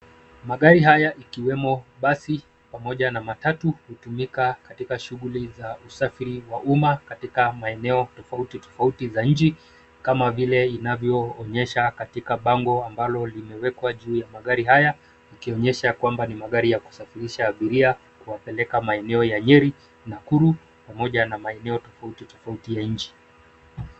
Magari haya ikiwemo basi pamoja na matatu hutumika katika shughuli za usafiri wa umma katika maeneo tofauti, tofauti za nchi, kama vile inavyoonyesha katika bango ambalo limewekwa juu ya magari haya ikionyesha kwamba ni magari ya kusafirisha abiria, kuwapeleka maeneo ya Nyeri, Nakuru pamoja na maeneo tofauti, tofauti ya nchi.